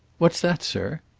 what's that, sir?